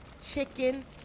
chicken